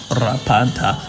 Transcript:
rapanta